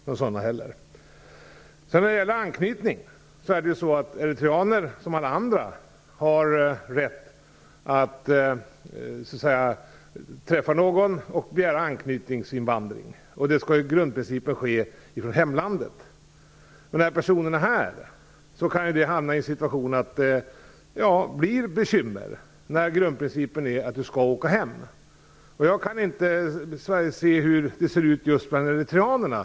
När det gäller frågan om anknytning har eritreaner, som alla andra, rätt att träffa någon och begära anknytningsinvandring. Det skall enligt grundprincipen ske från hemlandet. När situationen är sådan att en person är här kan det förstås bli bekymmer eftersom grundprincipen är att man skall åka hem. Jag vet inte hur det ser ut för just eritreanerna.